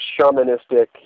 shamanistic